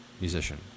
musician